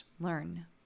learn